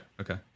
okay